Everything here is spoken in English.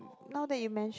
now that you mention